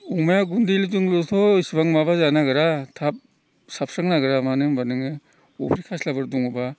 अमाया गुन्दैजोंल'थ' एसेबां माबा जानो नागिरा थाब साबस्रांनो नागिरा मानो होमब्ला नोङो अफ्रि खास्लाफोर दङ बा